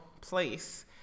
place